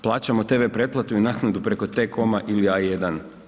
Plaćamo tv pretplatu i naknadu preko Tcom-a ili A1.